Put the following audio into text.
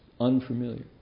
unfamiliar